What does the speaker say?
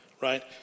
right